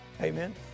Amen